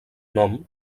nom